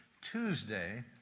Tuesday